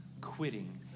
quitting